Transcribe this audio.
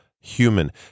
human